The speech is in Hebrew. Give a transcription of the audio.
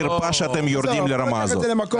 זו פשוט חרפה שאתם יורדים לרמה הזאת.